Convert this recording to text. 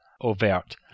overt